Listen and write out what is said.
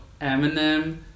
Eminem